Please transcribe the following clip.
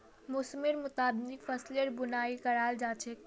मौसमेर मुताबिक फसलेर बुनाई कराल जा छेक